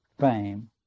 fame